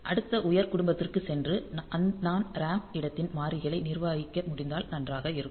அடுத்த உயர் குடும்பத்திற்குச் சென்று நான் RAM இடத்தின் மாறிகளை நிர்வகிக்க முடிந்தால் நன்றாக இருக்கும்